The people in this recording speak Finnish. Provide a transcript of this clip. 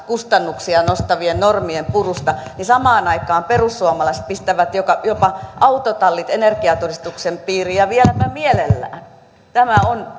kustannuksia nostavien normien purusta perussuomalaiset pistävät jopa autotallit energiatodistuksen piiriin ja vieläpä mielellään tämä on